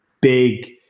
big